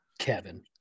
Kevin